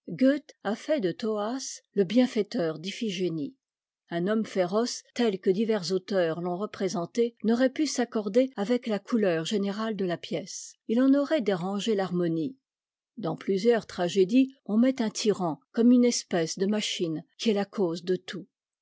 a fait de thoas le bienfaiteur d'iphigënie un homme féroce tel que divers auteurs l'ont représenté n'aurait pu s'accorder avec la couleur générale de la pièce il en aurait dérangé t'harmonie dans plusieurs tragédies on met un tyran comme une espèce de machine qui est la cause de tout